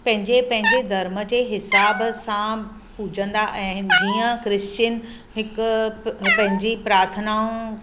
पंहिंजे पंहिंजे धर्म जे हिसाब सां पुॼंदा आहिनि जीअं क्रिश्चियन हिकु पंहिंजी प्रार्थनाऊं